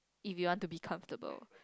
if you want to be comfortable